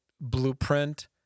blueprint